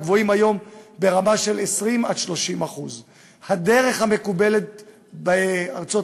גבוהים היום ברמה של 20% 30%. הדרך המקובלת בארצות-הברית,